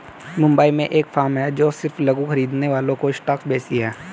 मुंबई में एक फार्म है जो सिर्फ लघु खरीदने वालों को स्टॉक्स बेचती है